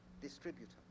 distributor